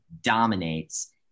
dominates